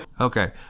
Okay